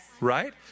right